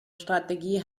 strategie